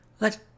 Let